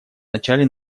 начале